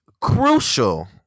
crucial